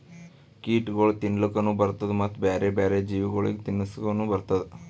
ಕೀಟಗೊಳ್ ತಿನ್ಲುಕನು ಬರ್ತ್ತುದ ಮತ್ತ ಬ್ಯಾರೆ ಬ್ಯಾರೆ ಜೀವಿಗೊಳಿಗ್ ತಿನ್ಸುಕನು ಬರ್ತ್ತುದ